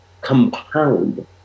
compound